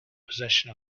possession